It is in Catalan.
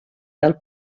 del